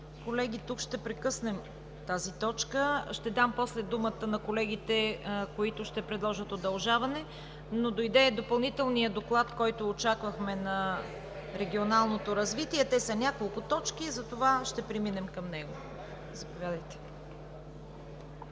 Колеги, тук ще прекъснем тази точка. Ще дам после думата на колегите, които ще предложат удължаване, но дойде допълнителният доклад, който очаквахме на Регионалното развитие. Те са няколко точки, затова ще преминем към него. Заповядайте.